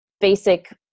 basic